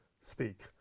speak